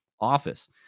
office